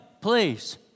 please